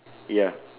ya